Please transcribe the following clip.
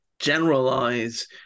generalize